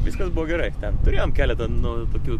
viskas buvo gerai ten turėjom keletą nu tokių